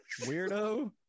Weirdo